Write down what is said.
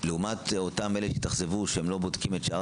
לעומת אלה שהתאכזבו שהם לא בודקים את שאר